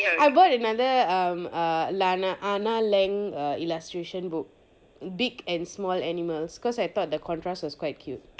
I bought another um err lana anna lang illustration book big and small animals cause I thought the contrast was quite cute